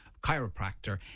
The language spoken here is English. chiropractor